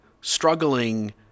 struggling